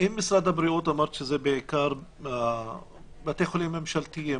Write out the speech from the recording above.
אם אמרת שמשרד הבריאות זה בעיקר בבתי החולים הממשלתיים,